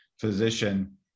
physician